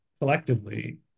collectively